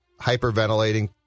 hyperventilating